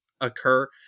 occur